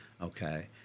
Okay